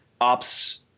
ops